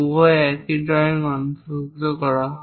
উভয় একই ড্রয়িং অন্তর্ভুক্ত করা হয়